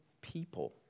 people